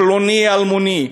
פלוני-אלמוני.